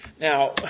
Now